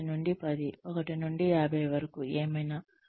1 నుండి 10 1 నుండి 50 వరకు ఏమైనా